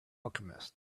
alchemist